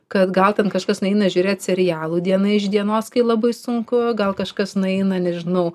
kad gal ten kažkas nueina žiūrėt serialų diena iš dienos kai labai sunku gal kažkas nueina nežinau